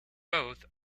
both